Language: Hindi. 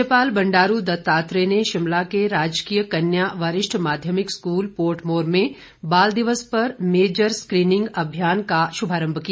राज्यपाल बंडारू दत्तात्रेय ने शिमला के राजकीय कन्या वरिष्ठ माध्यमिक स्कूल पोर्टमोर में बाल दिवस पर मेजर स्क्रीनिंग अभियान का शुभारंभ किया